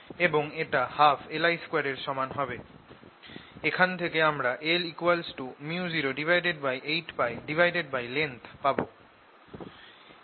এখান থেকে আমরা L µ08πlength পাব